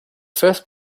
first